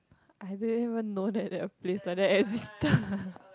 I don't even know that that place whether existed